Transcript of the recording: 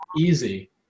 easy